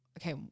okay